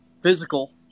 physical